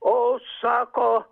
o sako